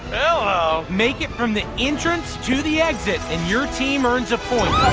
hello. make it from the entrance to the exit and your team earns a point.